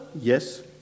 yes